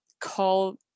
call